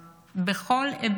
להיות שם עבורם בכל היבט.